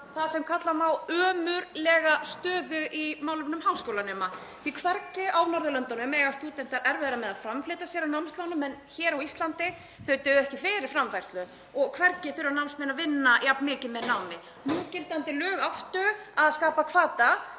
því sem kalla má ömurlega stöðu í málefnum háskólanema. Hvergi á Norðurlöndunum eiga stúdentar erfiðara með að framfleyta sér á námslánum en hér á Íslandi. Þau duga ekki fyrir framfærslu. Hvergi þurfa námsmenn að vinna jafn mikið með námi. Núgildandi lög áttu að skapa hvata